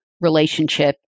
relationship